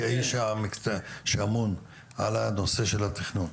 כאיש המקצוע שאמון על נושא התכנון,